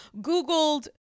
googled